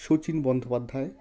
Sachin Bandopadhyay